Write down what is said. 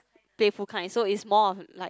playful kind so it's more of like